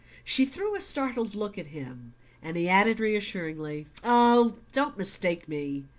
she threw a startled look at him and he added reassuringly oh, don't mistake me.